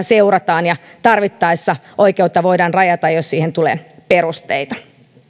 seurataan ja tarvittaessa oikeutta voidaan rajata jos siihen tulee perusteita